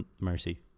Mercy